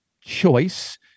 choice